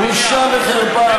בושה וחרפה.